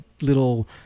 little